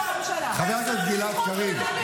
ראש הממשלה שלך הוא מיליונר מושחת.